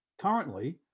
currently